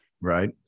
Right